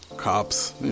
Cops